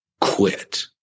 quit